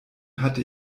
hatte